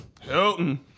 Hilton